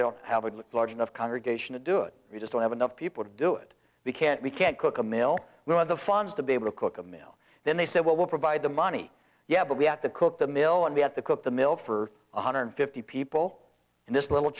don't have a large enough congregation to do it you just don't have enough people to do it we can't we can't cook a mill we'll have the funds to be able to cook a meal then they said well we'll provide the money yeah but we have to cook the mill and we have to cook the milk for one hundred fifty people in this little